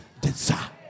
desire